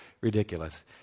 ridiculous